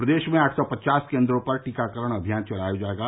प्रदेश में आठ सौ पचास केन्द्रों पर टीकाकरण अभियान चलाया जायेगा